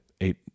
eight